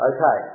Okay